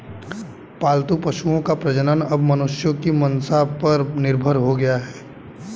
पालतू पशुओं का प्रजनन अब मनुष्यों की मंसा पर निर्भर हो गया है